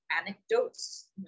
anecdotes